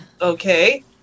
Okay